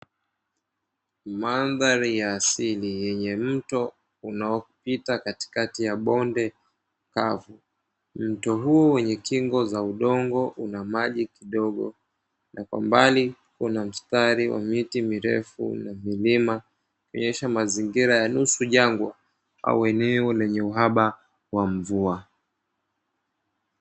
Mandhari ya asili yenye mto unaopita katikati ya bonde kavu. Mto huo wenye kingo za udongo una maji kidogo na kwa mbali kuna mstari wa miti mirefu na milima ikionyesha mazingira ya nusu jangwa au eneo lenye uhaba wa mvua.